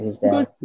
Good